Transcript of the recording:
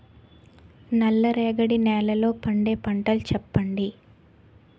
నల్ల రేగడి నెలలో పండే పంటలు చెప్పండి?